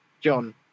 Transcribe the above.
John